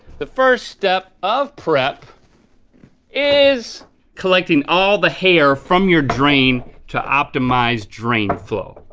the first step of prep is collecting all the hair from your drain to optimize drain flow.